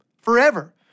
forever